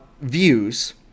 views